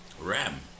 Ram